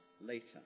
later